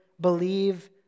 believe